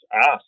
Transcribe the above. ask